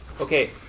Okay